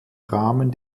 rahmen